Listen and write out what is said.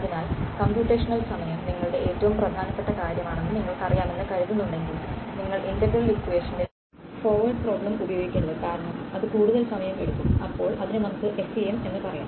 അതിനാൽ കമ്പ്യൂട്ടേഷണൽ സമയം നിങ്ങളുടെ ഏറ്റവും പ്രധാനപ്പെട്ട കാര്യമാണെന്ന് നിങ്ങൾക്കറിയാമെന്ന് കരുതുന്നുണ്ടെങ്കിൽ നിങ്ങൾ ഇന്റഗ്രൽ ഇക്വേഷനിൽ ഫോർവേഡ് പ്രോബ്ലം ഉപയോഗിക്കരുത് കാരണം അത് കൂധത്താൽ സമയം എടുക്കുo അപ്പോൾ അതിനെ നമുക്ക് FEM എന്ന് പറയാം